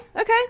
Okay